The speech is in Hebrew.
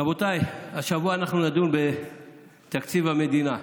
רבותיי, השבוע אנחנו נדון בתקציב המדינה.